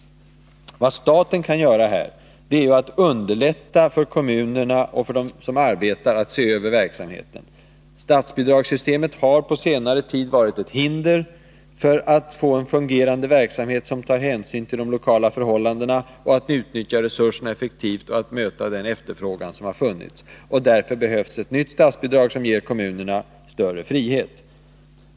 Vad staten kan göra är att underlätta för kommunerna och för dem som arbetar inom barnomsorgen att se över verksamheten. Statsbidragssystemet har på senare tid varit ett hinder för att få en fungerande verksamhet, som tar hänsyn till de lokala förhållandena och som gör det möjligt att utnyttja resurserna effektivt och möta den efterfrågan som har funnits. Därför behövs ett nytt statsbidragssystem som ger kommunerna större frihet.